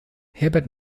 herbert